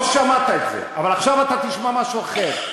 לא שמעת את זה, אבל עכשיו אתה תשמע משהו אחר.